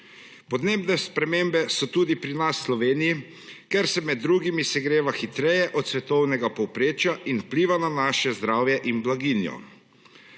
Podnebne spremembe so tudi pri nas v Sloveniji, ker se med drugim segreva hitreje od svetovnega povprečja, ter vplivajo na naše zdravje in blaginjo.